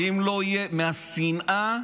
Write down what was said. מהשנאה.